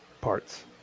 parts